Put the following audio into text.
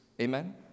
Amen